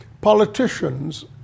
politicians